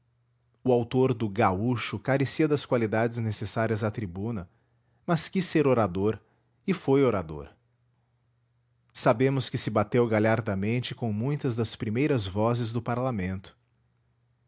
o autor do gaúcho carecia das qualidades necessárias à tribuna mas quis ser orador e foi orador sabemos que se bateu galhardamente com muitas das primeiras vozes do parlamento